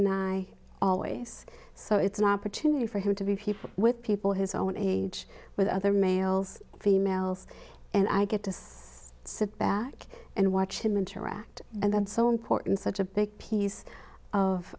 and i always so it's an opportunity for him to be people with people his own age with other males females and i get to sit back and watch him interact and that's so important such a big piece of